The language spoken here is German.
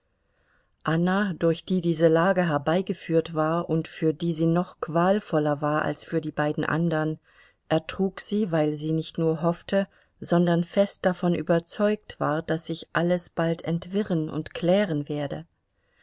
anna durch die diese lage herbeigeführt war und für die sie noch qualvoller war als für die beiden andern ertrug sie weil sie nicht nur hoffte sondern fest davon überzeugt war daß sich alles bald entwirren und klären werde